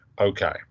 okay